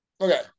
okay